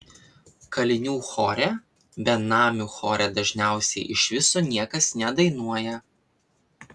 kalinių chore benamių chore dažniausiai iš viso niekas nedainuoja